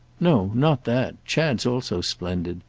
no not that. chad's also splendid.